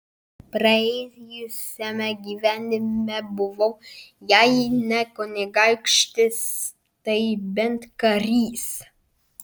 praėjusiame gyvenime buvau jei ne kunigaikštis tai bent karys